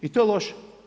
I to je loše.